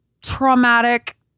traumatic